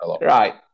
Right